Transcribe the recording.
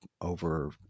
over